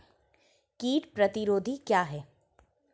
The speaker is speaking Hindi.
कीट प्रतिरोधी क्या है?